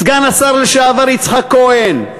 סגן השר לשעבר יצחק כהן,